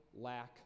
lack